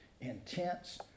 intense